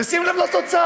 ושים לב לתוצאה.